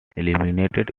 eliminated